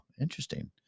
interesting